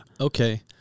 Okay